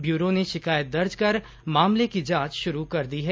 bureau ने शिकायत दर्ज कर मामले की जांच शुरू कर दी है